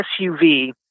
SUV